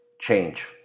Change